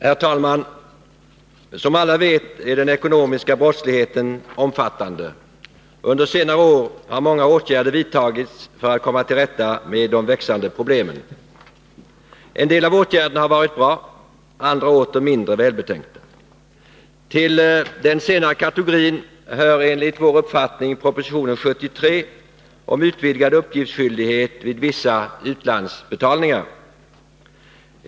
Herr talman! Som alla vet är den ekonomiska brottsligheten omfattande, och under senare år har många åtgärder vidtagits för att komma till rätta med de växande problemen. En del av åtgärderna har varit bra — andra åter mindre välbetänkta. Till den senare kategorin hör enligt vår uppfattning proposition 73 om utvidgad uppgiftsskyldighet vid vissa utlandsbetalningar.